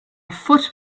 foot